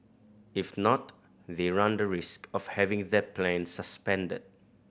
if not they run the risk of having their plan suspended